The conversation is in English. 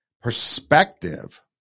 perspective